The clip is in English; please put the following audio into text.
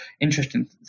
interesting